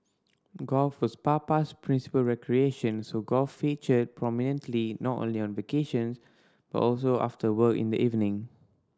golf was Papa's principal recreation so golf featured prominently not only on vacations but also after work in the evening